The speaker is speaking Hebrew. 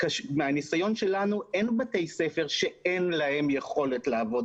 מהניסיון שלנו - אין בתי ספר שאין להם יכולת לעבוד